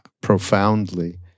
profoundly